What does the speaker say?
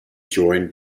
joined